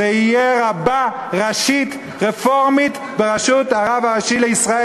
זה יהיה רבה ראשית רפורמית בראשות הרבנות הראשית לישראל,